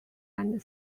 and